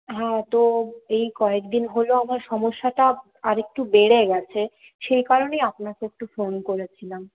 হ্যাঁ তো এই কয়েকদিন হলো আমার সমস্যাটা আরেকটু বেড়ে গেছে সেই কারণেই আপনাকে একটু ফোন করেছিলাম